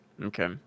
Okay